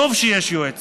וטוב שיש יועץ,